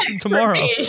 tomorrow